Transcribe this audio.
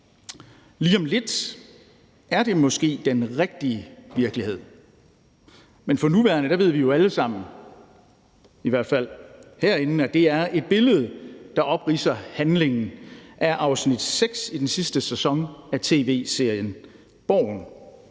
Lige om lidt er det måske den rigtige virkelighed, men for nuværende ved vi jo alle sammen, i hvert fald herinde, at det er et billede, der opridser handlingen af afsnit seks i den sidste sæson af tv-serien »Borgen«,